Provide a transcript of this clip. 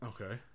Okay